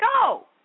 go